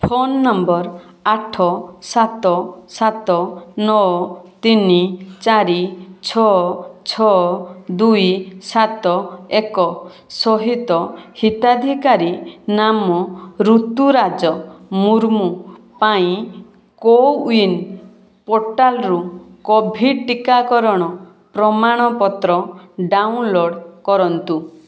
phone number ଆଠ ସାତ ସାତ ନଅ ତିନି ଚାରି ଛଅ ଛଅ ଦୁଇ ସାତ ଏକ ସହିତ ହିତାଧିକାରୀ ନାମ ରୁତୁରାଜ ମୁର୍ମୁ ପାଇଁ କୋୱିନ୍ ପୋର୍ଟାଲ୍ରୁ କୋଭିଡ଼୍ ଟିକାକରଣ ପ୍ରମାଣପତ୍ର ଡାଉନ୍ଲୋଡ଼୍ କରନ୍ତୁ